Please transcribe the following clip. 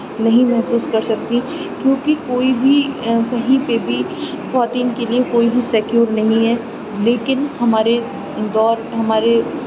نہیں محسوس کر سکتیں کیونکہ کوئی بھی کہیں پہ بھی خواتین کے لیے کوئی بھی سیکیور نہیں ہے لیکن ہمارے دور ہمارے